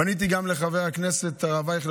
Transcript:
פניתי גם לחבר הכנסת הרב אייכלר,